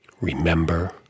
Remember